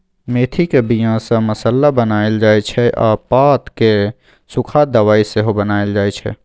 मेथीक बीया सँ मसल्ला बनाएल जाइ छै आ पात केँ सुखा दबाइ सेहो बनाएल जाइ छै